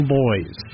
boys